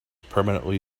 permanently